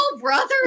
brothers